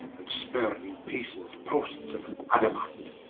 and spurne in pieces posts of adamant.